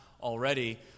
already